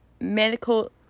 medical